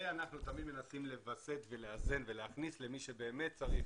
אנחנו תמיד מנסים לווסת לאזן ולהכניס למי שבאמת רוצה,